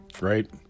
right